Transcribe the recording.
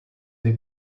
they